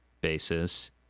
basis